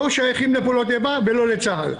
לא שייכים לפעולות איבה ולא לצה"ל.